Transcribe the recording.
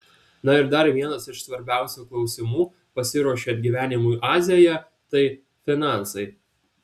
na ir dar vienas iš svarbiausių klausimų pasiruošiant gyvenimui azijoje tai finansai